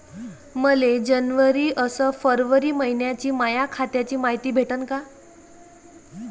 मले जनवरी अस फरवरी मइन्याची माया खात्याची मायती भेटन का?